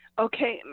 Okay